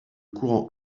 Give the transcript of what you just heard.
courant